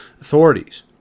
authorities